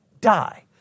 die